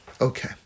Okay